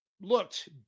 looked